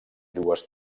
dues